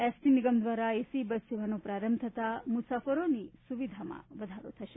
ST નિગમ દ્વારા AC bus સેવાનો પ્રારંભ થતા મુસાફરોની સુવિધામાં વધારો થયો છે